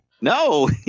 No